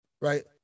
Right